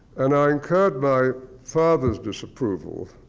and i incurred my father's disapproval,